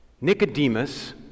Nicodemus